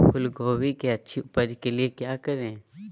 फूलगोभी की अच्छी उपज के क्या करे?